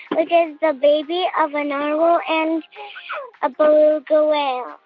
like is the baby of a narwhal and a beluga whale.